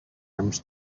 arms